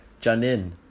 Janin